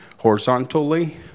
horizontally